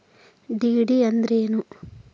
DD ಅಂದ್ರೇನು?